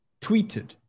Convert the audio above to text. tweeted